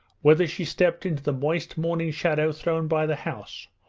whether she stepped into the moist morning shadow thrown by the house,